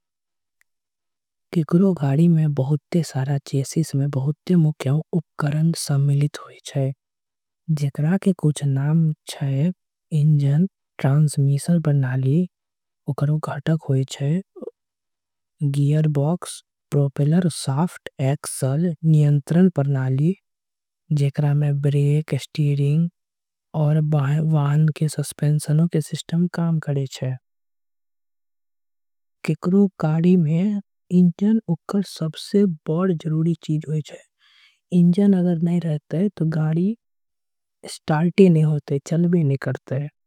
केकरो गाड़ी में बहुते मुख्य उपकरण होई जाई छे। जेकरा के कुछ नाम छे इंजन ट्रांसमिशन प्रणाली। घटक होय छे नियंत्रण प्रणाली जेकरा में ब्रेक। स्टेयरिंग और वाहन के सिस्टम काम करे छे केकरो। गाड़ी में इंजन ओकर बढ़ जरूरी चीज़ होई छे। इंजन अगर नई होईते त गाड़ी स्टार्ट नई होईते।